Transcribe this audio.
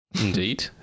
Indeed